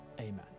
amen